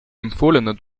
empfohlene